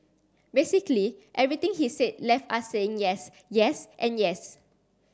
basically everything he said left us saying yes yes and yes